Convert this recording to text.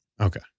Okay